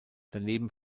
daneben